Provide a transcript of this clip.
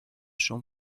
son